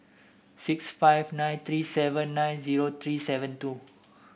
six five nine three seven nine zero three seven two